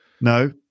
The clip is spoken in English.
No